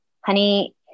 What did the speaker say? honey